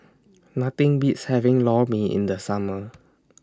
Nothing Beats having Lor Mee in The Summer